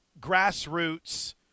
grassroots